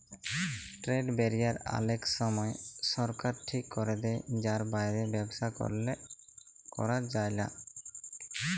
trade barrier অলেক সময় সরকার ঠিক ক্যরে দেয় যার বাইরে ব্যবসা ক্যরা যায়লা